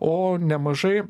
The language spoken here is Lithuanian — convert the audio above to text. o nemažai